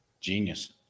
genius